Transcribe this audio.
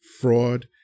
fraud